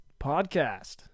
podcast